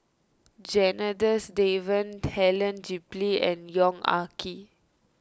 Janadas Devan Helen Gilbey and Yong Ah Kee